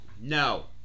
No